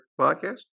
podcast